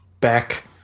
back